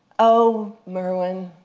oh, merwin.